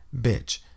Bitch